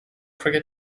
forget